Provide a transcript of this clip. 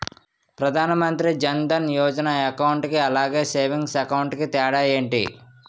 Pradhan Mantri Jan Dhan Yojana account కి అలాగే savings account కి తేడా ఏంటి?